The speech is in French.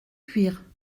cuire